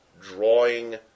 drawing